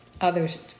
others